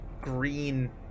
green